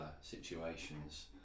situations